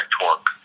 torque